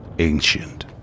Ancient